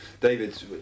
David